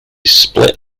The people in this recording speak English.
split